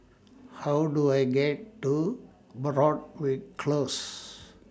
How Do I get to Broadrick Close